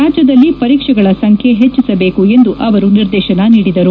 ರಾಜ್ಯದಲ್ಲಿ ಪರೀಕ್ಷೆಗಳ ಸಂಖ್ಯೆ ಹೆಟ್ಟಸಬೇಕು ಎಂದು ನಿರ್ದೇತನ ನೀಡಿದರು